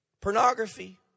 Pornography